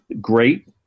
great